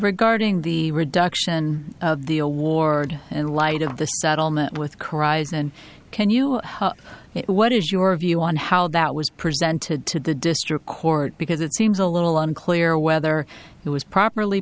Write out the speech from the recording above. regarding the reduction of the award and light of the settlement with cries and can you what is your view on how that was presented to the district court because it seems a little unclear whether it was properly